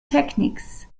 techniques